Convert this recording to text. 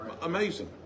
Amazing